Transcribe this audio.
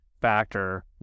factor